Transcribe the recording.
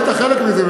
היית חלק מזה,